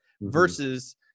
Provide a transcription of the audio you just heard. versus